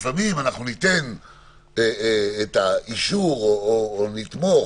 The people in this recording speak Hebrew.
לפעמים אנחנו ניתן אישור או נתמוך